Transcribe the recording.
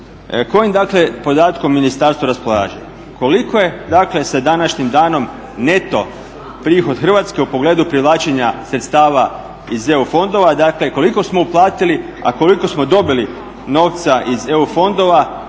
kojim dakle podatkom ministarstvo raspolaže, koliko je dakle sa današnjim danom neto prihod Hrvatske u pogledu privlačenja sredstava iz EU fondova, dakle koliko smo uplatili a koliko smo dobili novca iz EU fondova